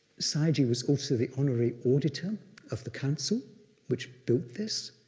sayagyi was also the honorary auditor of the council which built this.